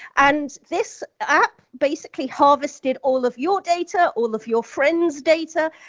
and this app basically harvested all of your data, all of your friends data,